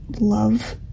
love